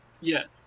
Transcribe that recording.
Yes